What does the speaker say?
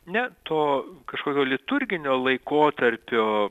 ne to kažkokio liturginio laikotarpio